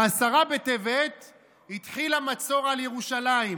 בעשרה בטבת התחיל המצור על ירושלים.